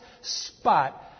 spot